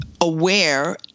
aware